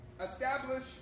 establish